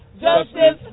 Justice